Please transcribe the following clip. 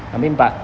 I mean but